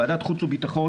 ועדת חוץ וביטחון,